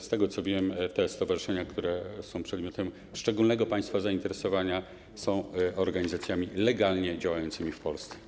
Z tego, co wiem, te stowarzyszenia, które są przedmiotem szczególnego państwa zainteresowania, są organizacjami legalnie działającymi w Polsce.